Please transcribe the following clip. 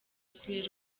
kurera